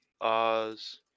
Oz